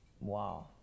Wow